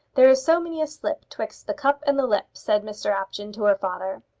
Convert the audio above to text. there is so many a slip twixt the cup and the lip, said mr apjohn to her father.